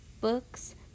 book's